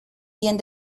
bien